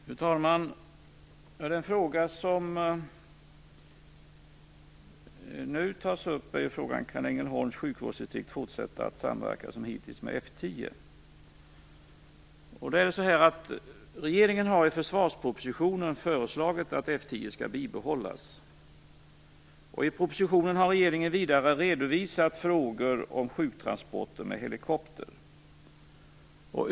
Fru talman! Den fråga som nu tas upp är: Kan Ängelholms sjukvårdsdistrikt fortsätta att samverka som hittills med F 10? Regeringen har i försvarspropositionen föreslagit att F 10 skall behållas. I propositionen har regeringen vidare redovisat frågor om sjuktransporter med helikopter.